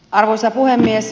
arvoisa puhemies